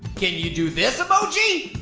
can you do this emoji?